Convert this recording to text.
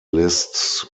lists